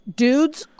dudes